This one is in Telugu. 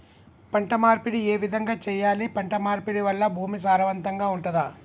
పంట మార్పిడి ఏ విధంగా చెయ్యాలి? పంట మార్పిడి వల్ల భూమి సారవంతంగా ఉంటదా?